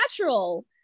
natural